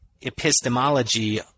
epistemology